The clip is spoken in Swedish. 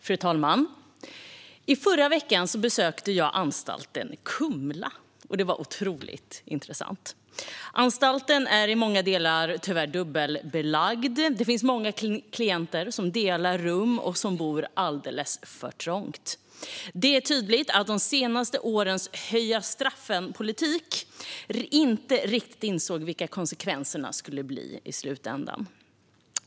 Fru talman! I förra veckan besökte jag Kumlaanstalten. Det var otroligt intressant. Anstalten är i många delar tyvärr dubbelbelagd. Många klienter delar rum och bor alldeles för trångt. Det är tydligt att de senaste årens "höja-straffen-politik" inte riktigt insåg vilka konsekvenserna skulle bli i slutändan.